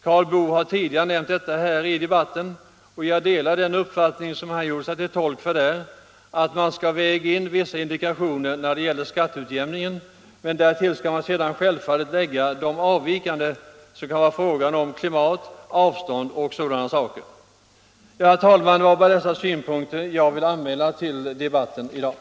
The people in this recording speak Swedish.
Karl Boo har nämnt detta tidigare i debatten, och jag delar den uppfattning som han gjorde sig till tolk för, att man bör väga in vissa indikationer när det gäller skatteutjämningen, men därtill skall man sedan självfallet lägga de avvikande indikationerna, t.ex. klimat, avstånd och sådant. Herr talman! Det var bara dessa synpunkter jag ville anlägga i dagens debatt.